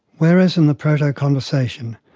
whereas in the proto-conversation,